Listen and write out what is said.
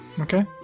Okay